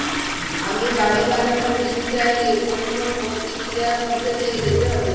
আমি বাড়ি বানানোর ঋণ চাইলে কোন কোন প্রক্রিয়ার মধ্যে দিয়ে যেতে হবে?